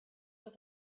with